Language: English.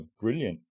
brilliant